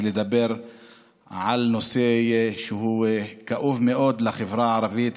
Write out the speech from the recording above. ולדבר על נושא שהוא כאוב מאוד לחברה הערבית,